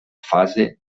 fase